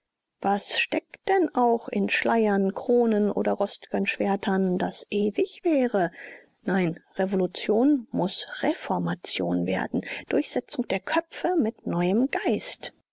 was steckt denn auch in schleiern kronen oder rost'gen schwertern das ewig wäre nein revolution muß reformation werden durchsetzung der köpfe mit neuem geist